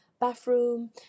bathroom